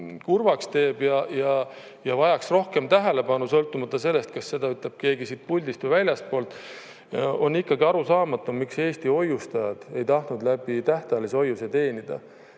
kurvaks teeb ja vajaks rohkem tähelepanu, sõltumata sellest, kas seda ütleb keegi siit puldist või väljastpoolt, on ikkagi arusaamatu, miks Eesti hoiustajad ei tahtnud läbi tähtajalise hoiuse teenida